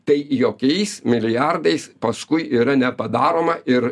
tai jokiais milijardais paskui yra nepadaroma ir